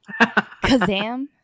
Kazam